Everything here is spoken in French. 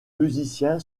musicien